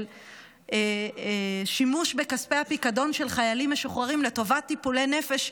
של שימוש בכספי הפיקדון של חיילים משוחררים לטובת טיפולי נפש,